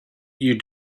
you